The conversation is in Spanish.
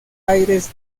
aires